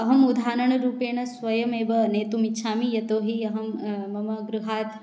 अहम् उदाहरणरूपेण स्वयमेव नेतुम् इच्छामि यतोऽहि अहं मम गृहात्